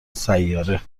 سیاره